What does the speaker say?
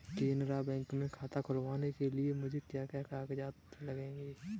Canara bank में खाता खुलवाने के लिए मुझे क्या क्या कागजात लगेंगे?